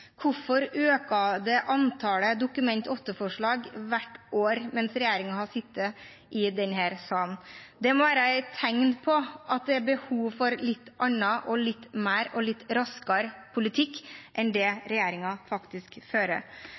hvorfor har antallet Dokument 8-forslag i denne salen økt hvert år mens regjeringen har sittet? Det må være et tegn på at det er behov for litt annen, litt mer og litt raskere politikk enn den regjeringen faktisk fører.